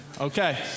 Okay